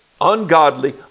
ungodly